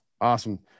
Awesome